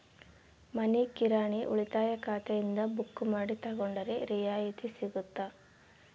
ಮನಿ ಕಿರಾಣಿ ಉಳಿತಾಯ ಖಾತೆಯಿಂದ ಬುಕ್ಕು ಮಾಡಿ ತಗೊಂಡರೆ ರಿಯಾಯಿತಿ ಸಿಗುತ್ತಾ?